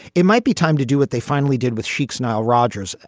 it might be time to do what they finally did with cheek's nile rodgers.